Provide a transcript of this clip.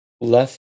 left